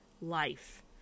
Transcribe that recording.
life